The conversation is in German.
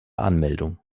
anmeldung